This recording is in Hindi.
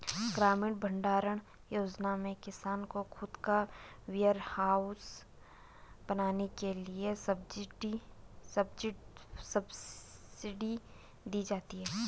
ग्रामीण भण्डारण योजना में किसान को खुद का वेयरहाउस बनाने के लिए सब्सिडी दी जाती है